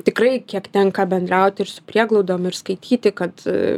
tikrai kiek tenka bendraut ir su prieglaudom ir skaityti kad